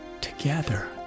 Together